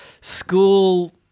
school